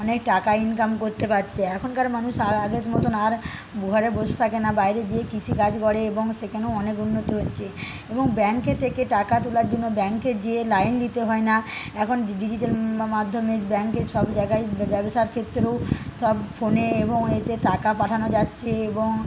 অনেক টাকা ইনকাম করতে পারছে এখনকার মানুষ আর আগের মতন আর ঘরে বসে থাকে না বাইরে গিয়ে কৃষি কাজ করে এবং সেখানে অনেক উন্নত হচ্ছে এবং ব্যাংকে থেকে টাকা তোলার জন্য ব্যাংকে গিয়ে লাইন দিতে হয় না এখন ডিজিটাল মাধ্যমে ব্যাংকে সব জায়গায় ব্যবসার ক্ষেত্রেও সব ফোনে এবং এতে টাকা পাঠানো যাচ্ছে এবং